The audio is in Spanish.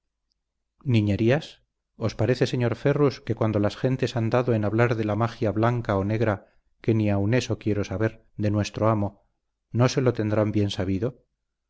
niñerías os parece señor ferrus que cuando las gentes han dado en hablar de la magia blanca o negra que ni aun eso quiero saber de nuestro amo no se lo tendrán bien sabido